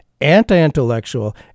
anti-intellectual